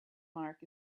mark